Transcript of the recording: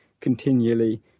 continually